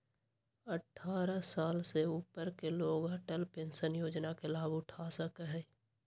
अट्ठारह साल से ऊपर के लोग अटल पेंशन योजना के लाभ उठा सका हई